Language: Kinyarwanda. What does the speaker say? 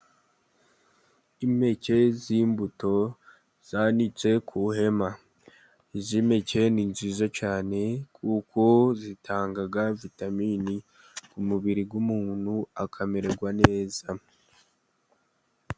Impeke z'imbuto zanitse ku ihema, izi mpeke ni nziza cyane kuko zitanga vitamini ku mubiri w'umuntu akamererwa neza.